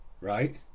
right